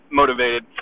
motivated